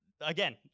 again